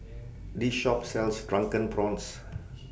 This Shop sells Drunken Prawns